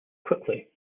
quickly